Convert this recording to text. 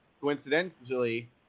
Coincidentally